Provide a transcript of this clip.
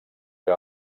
que